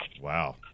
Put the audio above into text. Wow